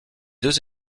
deux